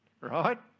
Right